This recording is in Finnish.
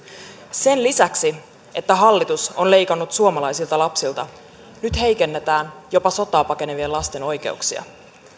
sen lisäksi että hallitus on leikannut suomalaisilta lapsilta nyt heikennetään jopa sotaa pakenevien lasten oikeuksia